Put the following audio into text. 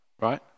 right